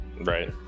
Right